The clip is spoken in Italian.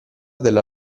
della